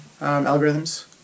algorithms